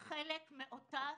חלק מאותה סטטיסטיקה.